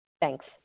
Thanks